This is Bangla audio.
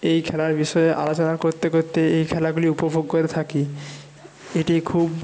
এই খেলার বিষয়ে আলোচনা করতে করতে এই খেলাগুলি উপভোগ করে থাকি এটি খুব